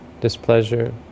displeasure